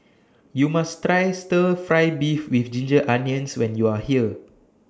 YOU must Try Stir Fry Beef with Ginger Onions when YOU Are here